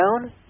down